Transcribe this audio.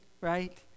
right